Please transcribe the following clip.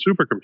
supercomputer